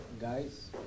Guys